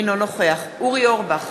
אינו נוכח אורי אורבך,